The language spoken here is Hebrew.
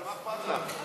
מה אכפת לך?